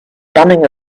bumming